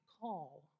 call